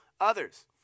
others